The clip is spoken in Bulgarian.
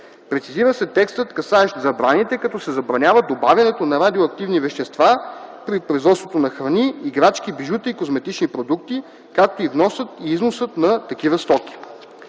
Прецизира се текстът, касаещ забраните, като се забранява добавянето на радиоактивни вещества при производството на храни, играчки, бижута и козметични продукти, както и вносът и износът на такива стоки.